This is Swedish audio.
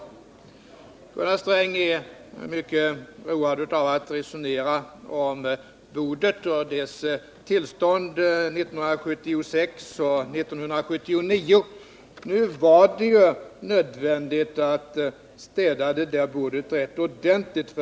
Gunnar Sträng är mycket road av att resonera om bordet och dess tillstånd 1976 och 1979. Nu var det nödvändigt att 1976 städa det där bordet rätt ordentligt.